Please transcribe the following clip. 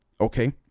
Okay